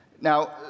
Now